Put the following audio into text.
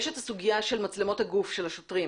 יש את הסוגיה של מצלמות הגוף של השוטרים